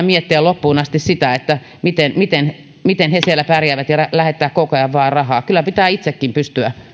miettiä loppuun asti sitä miten miten he siellä pärjäävät ja lähettää koko ajan vain rahaa kyllä pitää itsekin pystyä